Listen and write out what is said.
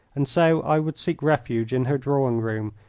and so i would seek refuge in her drawing-room,